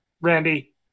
Randy